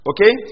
Okay